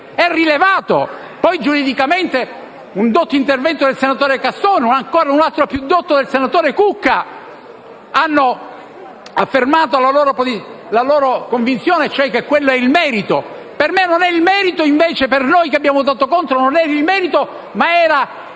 è rilevato. Poi, giuridicamente, un dotto intervento del senatore Casson e un altro ancora più dotto del senatore Cucca hanno affermato la loro convinzione, cioè che quello è il merito. Per me non è il merito, invece; per noi che abbiamo votato contro non era il merito, ma era